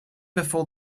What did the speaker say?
before